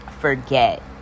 forget